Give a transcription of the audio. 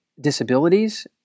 disabilities